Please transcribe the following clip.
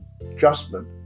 Adjustment